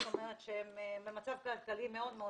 זאת אומרת שהם במצב כלכלי מאוד קשה.